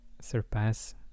surpass